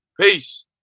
Peace